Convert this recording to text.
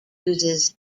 uses